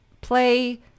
play